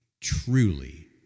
truly